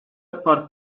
park